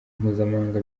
mpuzamahanga